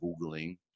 Googling